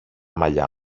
μαλλιά